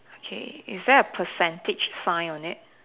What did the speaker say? okay is there a percentage sign on it